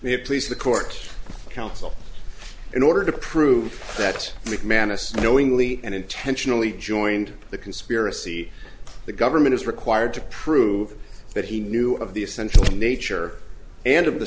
they please the court counsel in order to prove that mcmahon as knowingly and intentionally joined the conspiracy the government is required to prove that he knew of the essential nature and of the